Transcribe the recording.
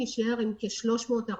נישאר עם כ-400,000-300,000